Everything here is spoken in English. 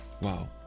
Wow